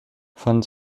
von